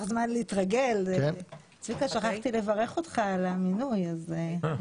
שכחתי לברך אותך על המינוי לסגן יושב ראש הכנסת.